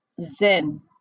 zen